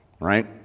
right